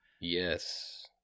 Yes